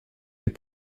des